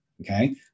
Okay